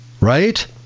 right